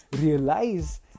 realize